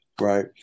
right